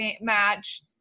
match